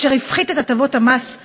אשר הפחית את הטבות המס לתושביהם.